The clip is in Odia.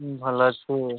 ଭଲ ଅଛି